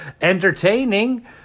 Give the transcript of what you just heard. entertaining